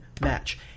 match